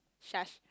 shush